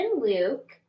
Luke